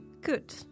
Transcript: Good